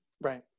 Right